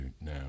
now